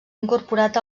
incorporat